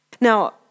Now